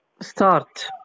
Start